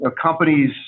companies